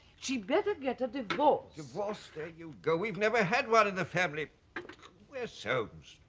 she better get a divorce. divorce! there you go we've never had one in the family where's soames?